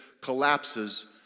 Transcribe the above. collapses